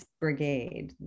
Brigade